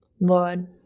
Lord